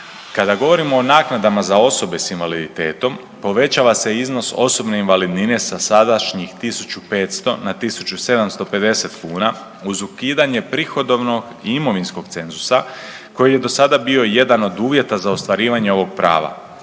Kada govorimo o naknadama za osobe s invaliditetom, povećava se iznos osobne invalidnine sa sadašnjih 1500 na 1750 kuna uz ukidanje prihodovno i imovinskog cenzusa koji je do sada bio jedan od uvjeta za ostvarivanje ovog prava,